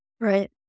right